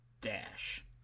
Dash